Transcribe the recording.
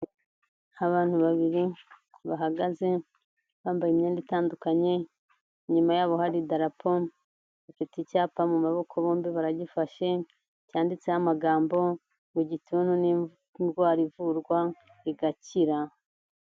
Abantu babiri bahagaze, bambaye imyenda itandukanye, inyuma yaho hari idarapo, bafite icyapa mu maboko bombi baragifashe, cyanditseho amagambo ngo "Igituntu ni indwara ivurwa igakira".